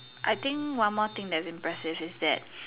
I think one more thing that's impressive is that